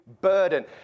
burden